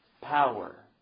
power